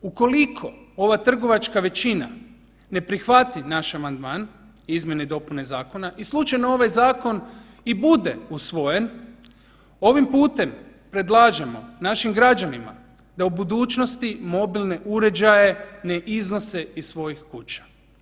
Ukoliko ova trgovačka većina ne prihvati naš amandman izmjene i dopune zakona i slučajno ovaj zakon i bude usvojen, ovim putem predlažemo našim građanima da u budućnosti mobilne uređaje ne iznose iz svojih kuća.